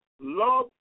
love